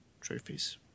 trophies